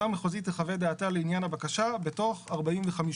המחוזית תחווה דעתה לעניין הבקשה בתוך 45 יום.